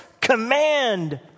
command